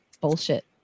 bullshit